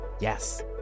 Yes